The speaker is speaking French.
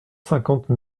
cinquante